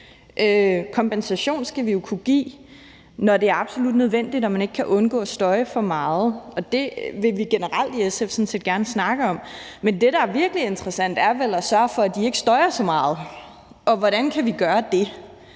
Kompensation skal vi jo kunne give, når det er absolut nødvendigt og man ikke kan undgå at støje for meget, og det vil vi generelt i SF sådan set gerne snakke om. Men det, der er virkelig interessant, er vel at sørge for, at de ikke støjer så meget. Hvordan kan vi gøre det?